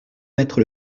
mettre